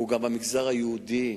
זה גם המגזר היהודי.